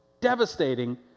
devastating